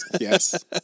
yes